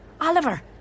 Oliver